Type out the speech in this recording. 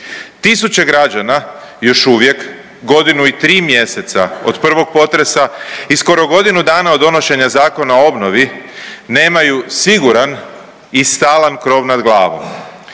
Tisuće građana još uvijek godinu i 3. mjeseca od prvog potresa i skoro godinu dana od donošenja Zakona o obnovi nemaju siguran i stalan krov nad glavom,